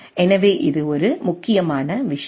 எனவே இது ஒரு முக்கியமான விஷயம்